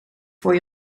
voor